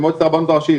עם מועצת הרבנות הראשית,